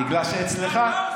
בגלל שאצלך,